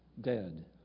dead